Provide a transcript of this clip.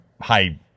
high